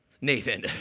Nathan